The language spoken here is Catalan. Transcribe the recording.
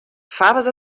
faves